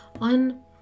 on